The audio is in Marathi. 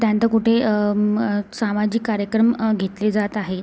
त्यानंतर कुठे सामाजिक कार्यक्रम घेतले जात आहेत